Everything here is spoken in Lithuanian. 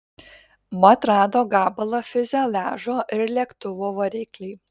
mat rado gabalą fiuzeliažo ir lėktuvo variklį